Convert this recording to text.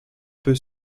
peu